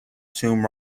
tomb